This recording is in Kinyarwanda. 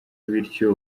bityo